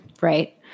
Right